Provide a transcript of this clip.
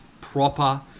proper